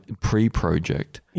pre-project